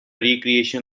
recreation